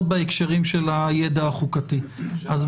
בהקשרים של הידע החוקתי ניתן להפנות אותן לדובר הבא.